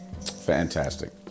Fantastic